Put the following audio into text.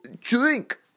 drink